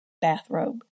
bathrobe